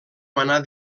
manar